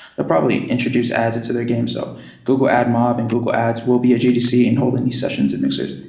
ah probably introduce ads into their game. so google admob and google ads will be at gdc and holding these sessions and mixers.